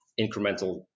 incremental